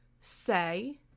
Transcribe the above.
say